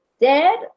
dead